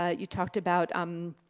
ah you talked about, um,